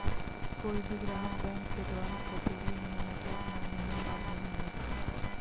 कोई भी ग्राहक बैंक के द्वारा थोपे गये नियमों को अपनाने में बाध्य नहीं होता